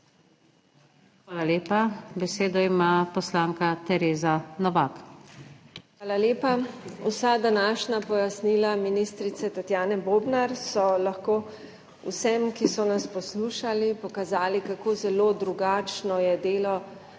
Hvala lepa. Besedo ima poslanka Tereza Novak. **TEREZA NOVAK (PS Svoboda):** Hvala lepa. Vsa današnja pojasnila ministrice Tatjane Bobnar so lahko vsem, ki so nas poslušali, pokazali, kako zelo drugačno je delo